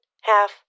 half